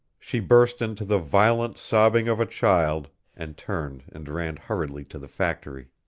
she burst into the violent sobbing of a child, and turned and ran hurriedly to the factory.